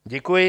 Děkuji.